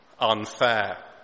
unfair